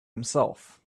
himself